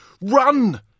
run